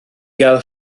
gael